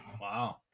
Wow